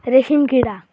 रेशीमकिडा